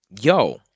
yo